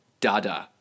Dada